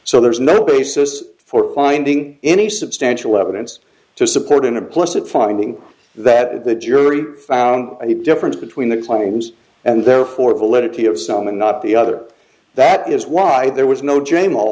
so there is no basis for finding any substantial evidence to support an implicit finding that the jury found any difference between the findings and therefore validity of some and not the other that is why there was no j